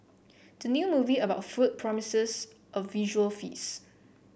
the new movie about food promises a visual feast